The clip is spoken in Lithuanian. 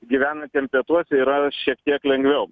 gyvenantiem pietuose yra šiek tiek lengviau